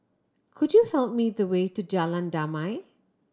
could you tell me the way to Jalan Damai